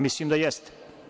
Mislim da jeste.